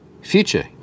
Future